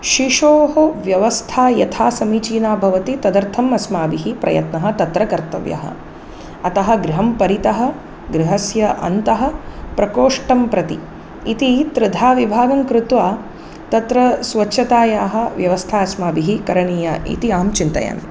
शिशोः व्यवस्था यथा समीचीना भवति तदर्थम् अस्माभिः प्रयत्नः तत्र कर्तव्यः अतः गृहं परितः गृहस्य अन्तः प्रकोष्ठं प्रति इति त्रिधा विभागं कृत्वा तत्र स्वच्छतायाः व्यवस्था अस्माभिः करणीया इति अहं चिन्तयामि